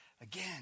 again